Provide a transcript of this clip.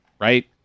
right